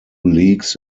leagues